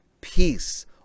peace